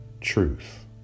truth